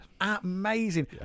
Amazing